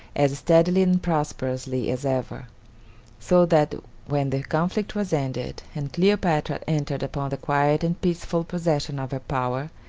as steadily and prosperously as ever so that when the conflict was ended, and cleopatra entered upon the quiet and peaceful possession of her power,